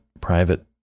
private